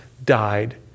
Died